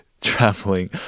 traveling